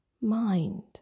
mind